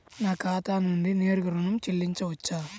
నా ఖాతా నుండి నేరుగా ఋణం చెల్లించవచ్చా?